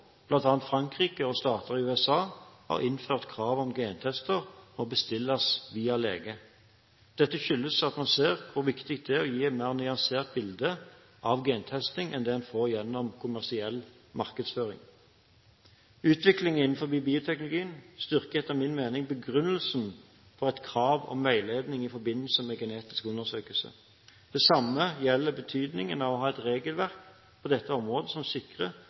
Frankrike og stater i USA, har innført krav om at gentester må bestilles via lege. Dette skyldes at man ser hvor viktig det er å gi et mer nyansert bilde av gentesting, enn det man får gjennom kommersiell markedsføring. Utviklingen innenfor bioteknologien styrker etter min mening begrunnelsen for et krav om veiledning i forbindelse med genetisk undersøkelse. Det samme gjelder betydningen av å ha et regelverk på dette området som sikrer